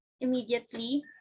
immediately